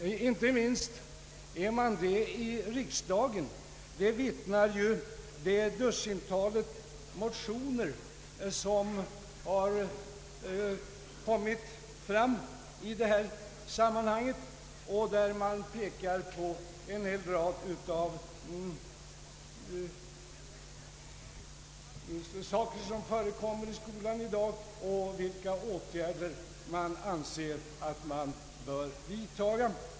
Inte minst är man det i riksdagen, vilket ju det dussintal motioner vittnar om som har väckts i detta sammanhang, där man pekar på en rad företeelser i skolan i dag och anger vilka åtgärder som man anser bör vidtagas.